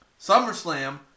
SummerSlam